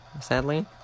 sadly